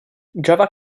java